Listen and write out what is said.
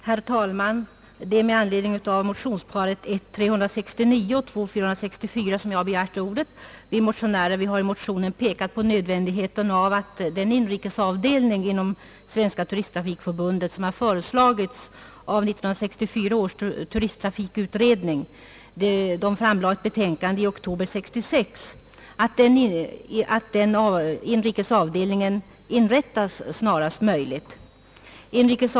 Herr talman! Det är med anledning av motionsparet I: 369 och II: 464 som jag har begärt ordet. Vi motionärer har pekat på nödvändigheten av att den inrikesavdelning inom Svenska turisttrafikförbundet snarast möjligt inrättas, som har föreslagits av 1964 års turisttrafikutredning, vars betänkande framlades i oktober 1966.